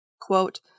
Quote